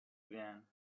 again